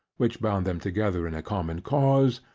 which bound them together in a common cause,